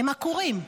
הם עקורים,